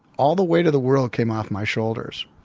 all the weight of the world came off my shoulders,